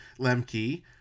Lemke